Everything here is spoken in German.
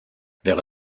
wäre